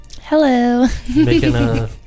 Hello